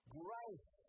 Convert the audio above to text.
grace